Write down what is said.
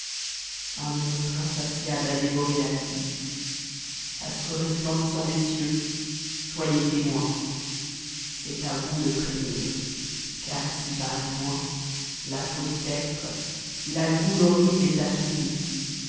un monstre insatiable a dévore la vie astres resplendissants des cieux soyez témoins c'est à vous de frémir car ici-bas du moins l'afireux spectre la konie horrible est assouvie